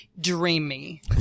dreamy